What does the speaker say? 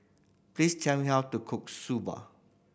please tell me how to cook Soba